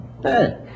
Hey